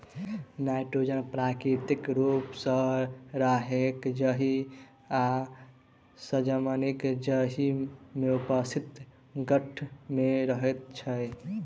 nitrogen प्राकृतिक रूप सॅ राहैड़क जड़ि आ सजमनिक जड़ि मे उपस्थित गाँठ मे रहैत छै